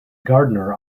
gardener